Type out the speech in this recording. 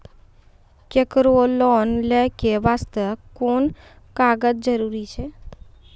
केकरो लोन लै के बास्ते कुन कागज जरूरी छै?